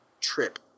trip